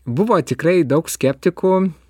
buvo tikrai daug skeptikų